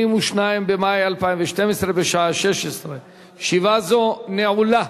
בעד, שבעה נגד.